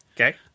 Okay